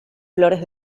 flores